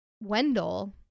Wendell